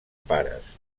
pares